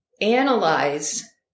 analyze